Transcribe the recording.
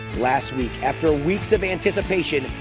last week after weeks of anticipation,